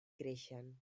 creixen